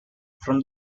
from